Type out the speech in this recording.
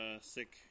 Sick